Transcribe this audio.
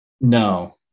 No